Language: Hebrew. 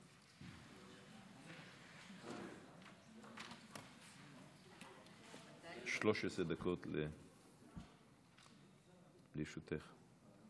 13 דקות לרשותך.